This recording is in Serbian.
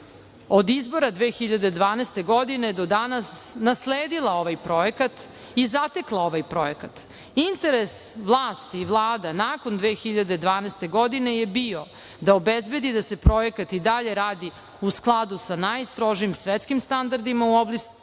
od izbora 2012. godine do danas nasledila ovaj projekat i zatekla ovaj projekat. Interes vlasti i vlada nakon 2012. godine je bio da obezbedi da se projekat i dalje radi u skladu sa najstrožim svetskim standardima u oblasti